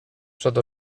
przed